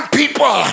people